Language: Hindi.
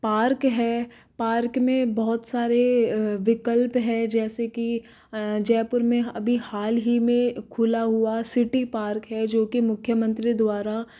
पार्क है पार्क में बहुत सारे विकल्प है जैसे कि जयपुर में अभी हाल ही में खुला हुआ सिटी पार्क है जो की मुख्यमंत्री द्वारा